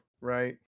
right